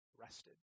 rested